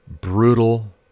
Brutal